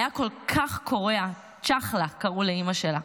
היה כל כך קורע, צ'חלה קראו לאימא שלה,